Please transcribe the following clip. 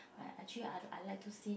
I actually I I like to see